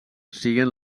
siguen